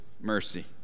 mercy